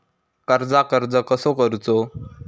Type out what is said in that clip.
कर्जाक अर्ज कसो करूचो?